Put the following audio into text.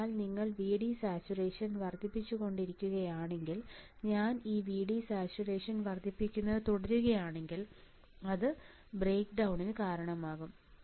അതിനാൽ നിങ്ങൾ VD saturation വർദ്ധിപ്പിച്ചുകൊണ്ടിരിക്കുകയാണെങ്കിൽ ഞാൻ ഈ VD സാച്ചുറേഷൻ വർദ്ധിപ്പിക്കുന്നത് തുടരുകയാണെങ്കിൽ അത് ബ്രേക്ക്ഡൌൺനു കാരണമാകും